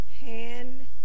hand